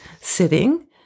sitting